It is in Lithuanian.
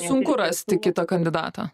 sunku rasti kitą kandidatą